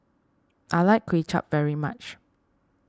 I like Kuay Chap very much